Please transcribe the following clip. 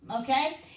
okay